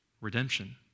Redemption